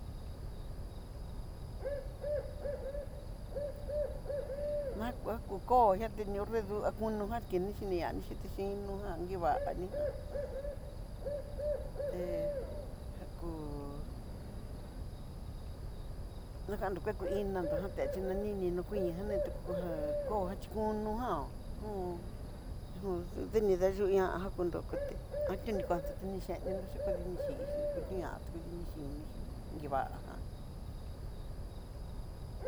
Na kua ku koñá ná teño nredú, akunó jan nikini hi'i ni xhini ñaxhí, xhinijan nrivanijan, té jakú najan ni kue iin dandú té xhi na ninni ñóo kuin ján né tu kujá, konga xhi kono jan j ju nedi dayuña jan kudokoté antinikuan teni yendedoxi kodini xhixi dikotuña'a tikotini xhinixi nrivajan.